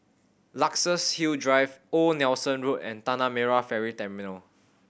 Luxus Hill Drive Old Nelson Road and Tanah Merah Ferry Terminal